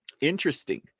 Interesting